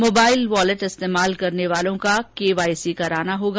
mobile wallet इस्तेमाल करने वालों को केवाईसी करना होगा